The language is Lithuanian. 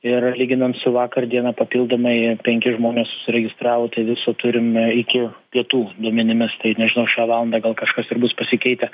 ir lyginant su vakar diena papildomai penki žmonės užsiregistravo tai viso turime iki pietų duomenimis tai nors šiai valandai gal kažkas ir bus pasikeitę